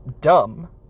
dumb